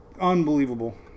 unbelievable